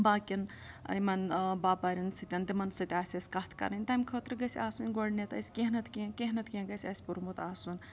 باقیَن یِمَن باپارٮ۪ن سۭتۍ تِمَن سۭتۍ آسہِ اَسہِ کَتھ کرٕنۍ تَمہِ خٲطرٕ گژھِ آسٕنۍ گۄڈٕنٮ۪تھ اَسہِ کیٚنٛہہ نَتہٕ کیٚنٛہہ کیٚنٛہہ نَتہٕ کیٚنٛہہ گَژھِ اَسہِ پوٚرمُت آسُن